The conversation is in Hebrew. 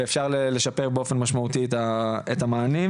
ואפשר לשפר באופן משמעותי את המענים.